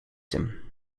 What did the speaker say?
him